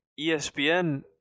ESPN